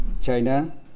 China